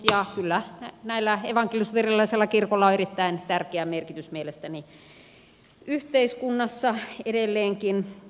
ja kyllä evankelisluterilaisella kirkolla on erittäin tärkeä merkitys mielestäni yhteiskunnassa edelleenkin